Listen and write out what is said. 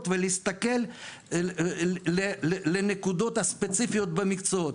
ולהסתכל על הנקודות הספציפיות במקצועות,